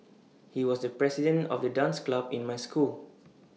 he was the president of the dance club in my school